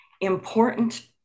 important